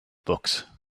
books